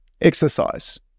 exercise